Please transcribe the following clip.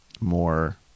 more